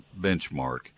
benchmark